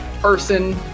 person